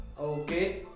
Okay